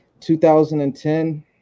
2010